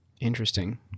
Interesting